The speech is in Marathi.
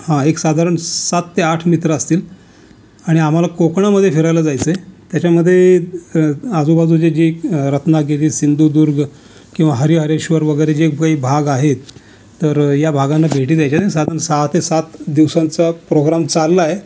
हां एक साधारण सात ते आठ मित्र असतील आणि आम्हाला कोकणामध्ये फिरायला जायचं आहे त्याच्यामध्ये आजूबाजूचे जे रत्नागिरी सिंदुदुर्ग किंवा हरिहरेश्वर वगैरे जे काही भाग आहेत तर या भागांना भेटी द्यायच्या आहेत आणि साधारण सहा ते सात दिवसांचा प्रोग्राम चालला आहे